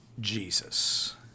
Jesus